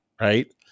right